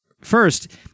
First